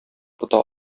тота